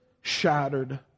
shattered